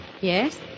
Yes